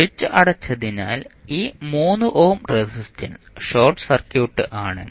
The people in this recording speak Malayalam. സ്വിച്ച് അടച്ചതിനാൽ ഈ 3 ഓം റെസിസ്റ്റൻസ് ഷോർട്ട് സർക്യൂട്ട് ആണ്